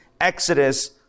Exodus